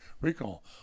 recall